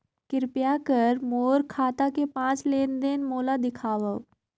कृपया कर मोर खाता के पांच लेन देन मोला दिखावव